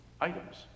items